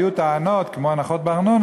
כמו הנחות בארנונה,